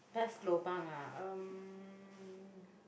best lobang ah um